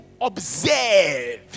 observe